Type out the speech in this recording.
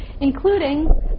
including